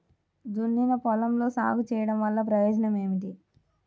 దున్నిన పొలంలో సాగు చేయడం వల్ల ప్రయోజనం ఏమిటి?